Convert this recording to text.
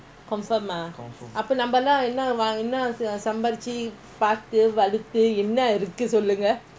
confirm ah அப்பநாமெலாம்சம்பாரிச்சுபாத்துவளத்துஎன்னனுசொல்லுங்க:appa naamelaam sambaarichu paathu valathu ennanu sollunka